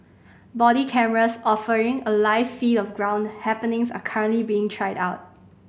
body cameras offering a live feed of ground happenings are currently being tried out